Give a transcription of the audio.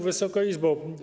Wysoka Izbo!